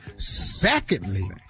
Secondly